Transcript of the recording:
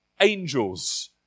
angels